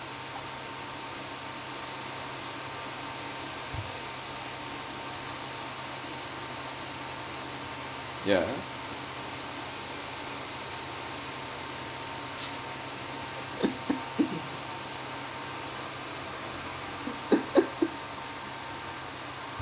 yeah